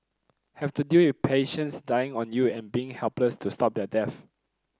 have to deal with patients dying on you and being helpless to stop their deaths